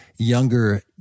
younger